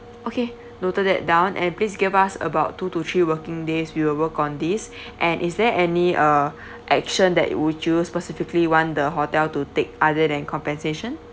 okay noted that down and please give us about two to three working days we will work on this and is there any uh action that would you specifically want the hotel to take other than compensation